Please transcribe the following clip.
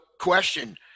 question